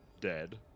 dead